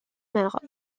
mère